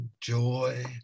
joy